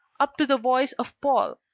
up to the voice of paul,